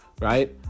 right